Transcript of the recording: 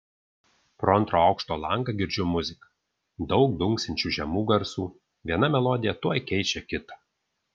pro antro aukšto langą girdžiu muziką daug dunksinčių žemų garsų viena melodija tuoj keičia kitą